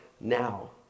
now